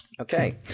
Okay